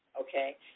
okay